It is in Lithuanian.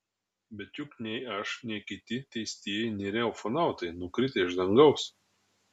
bet juk nei aš nei kiti teistieji nėra ufonautai nukritę iš dangaus